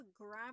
grab